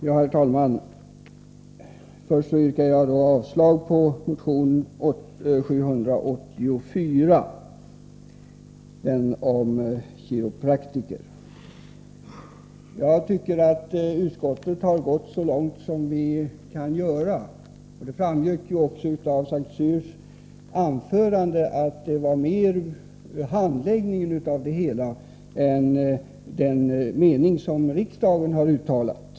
Herr talman! Först yrkar jag avslag på motion 784 om kiropraktorer. Utskottet har gått så långt det kan göra. Det framgick även av Mona Saint Cyrs anförande att hon vände sig mer mot själva handläggningen av det hela än mot den mening som utskottet har uttalat.